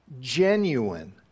genuine